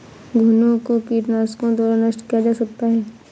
घुनो को कीटनाशकों द्वारा नष्ट किया जा सकता है